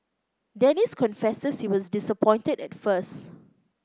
Dennis confesses he was disappointed at first